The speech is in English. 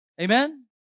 Amen